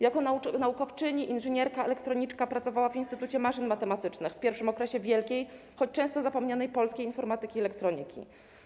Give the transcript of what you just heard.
Jako naukowczyni, inżynierka, elektroniczka pracowała w Instytucie Maszyn Matematycznych w pierwszym okresie wielkiej choć często zapomnianej polskiej informatyki i elektroniki.